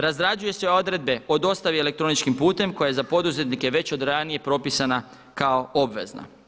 Razrađuju se odredbe o dostavi elektroničkim putem koja je za poduzetnike već od ranije propisana kao obvezna.